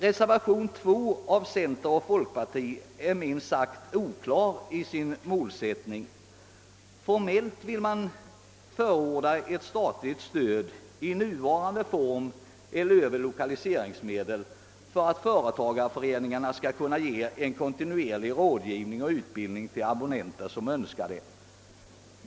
Reservationen 2 av centerpartister och folkpartister är minst sagt oklar i sin målsättning. Formellt vill man förorda ett statligt stöd i nuvarande form eller över lokaliseringsmedel för att företagareföreningarna skall kunna ge kontinuerlig rådgivning och utbildning till abonnenter som önskar det.